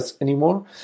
anymore